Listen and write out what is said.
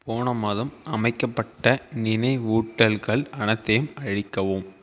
போன மாதம் அமைக்கப்பட்ட நினைவூட்டல்கள் அனைத்தையும் அழிக்கவும்